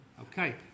Okay